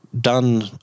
done